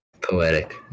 Poetic